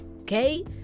okay